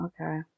Okay